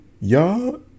y'all